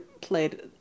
played